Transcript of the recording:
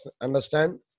understand